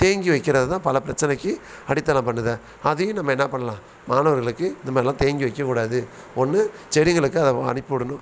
தேங்கி வைக்கிறது தான் பல பிரச்சனைக்கு அடித்தளம் பண்ணுது அதிலேயும் நம்ம என்ன பண்ணலாம் மாணவர்களுக்கு இந்த மாதிரிலாம் தேங்கி வைக்க கூடாது ஒன்று செடிகளுக்கு அதை அனுப்பிவிடணும்